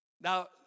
Now